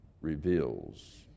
reveals